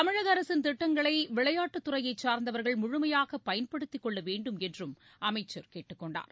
தமிழக அரசின் திட்டங்களை விளையாட்டுத் துறையை சார்ந்தவர்கள் முழுமையாக பயன்படுத்திக் கொள்ள வேண்டும் என்றும் அமைச்சர் கேட்டுக்கொண்டார்